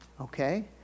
Okay